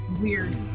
weird